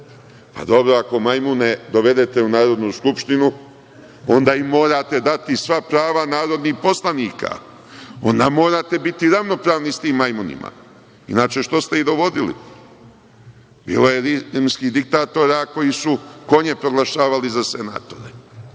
dobro, ako majmune dovedene u Narodnu skupštinu, onda im morate dati sva prava narodnih poslanika. Onda morate biti ravnopravni sa tim majmunima, inače što ste ih dovodili. Bilo je rimskih diktatora koji su konje proglašavali za senatore,